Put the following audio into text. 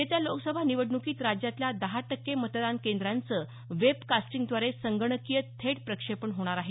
येत्या लोकसभा निवडणुकीत राज्यातल्या दहा टक्के मतदान केंद्रांचं वेबकास्टिंगद्वारे संगणकीय थेट प्रक्षेपण होणार आहे